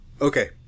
Okay